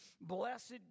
Blessed